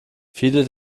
viele